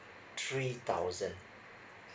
three thousand